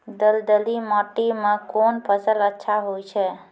दलदली माटी म कोन फसल अच्छा होय छै?